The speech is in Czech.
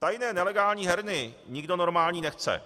Tajné nelegální herny nikdo normální nechce.